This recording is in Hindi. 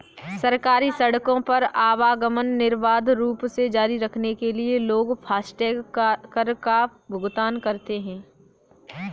सरकारी सड़कों पर आवागमन निर्बाध रूप से जारी रखने के लिए लोग फास्टैग कर का भुगतान करते हैं